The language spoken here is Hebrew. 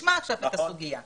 תשמע עכשיו את הסוגיה.